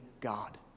God